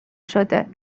شده